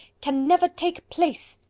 can never take place.